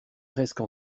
presque